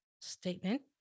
statement